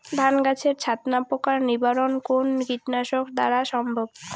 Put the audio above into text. ধান গাছের ছাতনা পোকার নিবারণ কোন কীটনাশক দ্বারা সম্ভব?